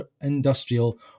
industrial